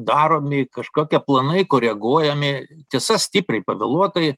daromi kažkokie planai koreguojami tiesa stipriai pavėluotai